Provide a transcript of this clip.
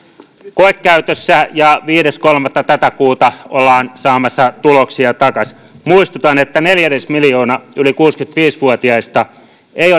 koekäytössä ja viides kolmatta ollaan saamassa tuloksia takaisin muistutan että neljännesmiljoona yli kuusikymmentäviisi vuotiaista ei